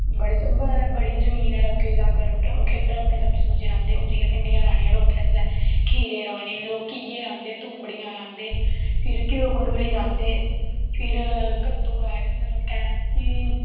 बड़ी जमीन ऐ लोकें दी लाग्गै लाग्गै ओह् खेत्तर अपनी सब्जी सुब्जी रहांदे हून भिंडियां रहानियां लोकैं इसलै खीरे रहाने लोग घिये रहांदे तूम्बड़ियां रहांदे फिर घ्यो कंडोली रांहदे फिर कद्दू लाए दे होंदे लोकैं